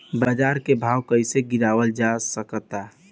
बाज़ार के भाव कैसे कम गीरावल जा सकता?